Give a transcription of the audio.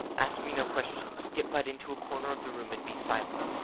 ask me no questions, get but into a corner of the room and be silent,